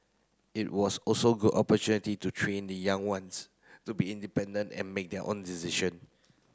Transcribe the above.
it was also good opportunity to train the young ones to be independent and make their own decision